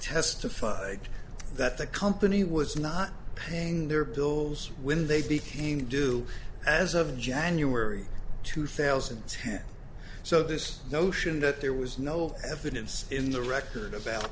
testified that the company was not paying their bills when they became due as of january two thousand and ten so this notion that there was no evidence in the record about